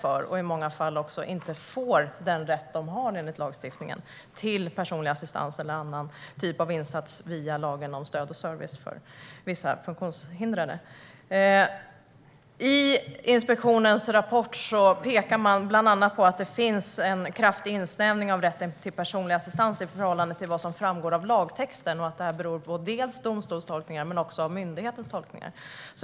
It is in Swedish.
De får i många fall inte den personliga assistans eller annan typ av insats de har rätt till enligt lagstiftningen via lagen om stöd och service till vissa funktionshindrade. I inspektionens rapport pekar man bland annat på att det finns en kraftig insnävning av rätten till personlig assistans i förhållande till vad som framgår av lagtexten och att det beror på domstolstolkningar men också på myndighetens tolkningar.